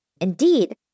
Indeed